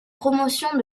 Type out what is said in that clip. promotion